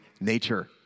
nature